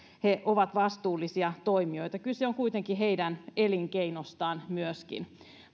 he ovat vastuullisia toimijoita kyse on kuitenkin heidän elinkeinostaan myöskin